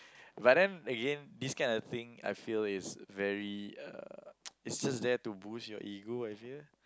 but then again this kind of thing I feel is very uh it's just there to boost your ego I feel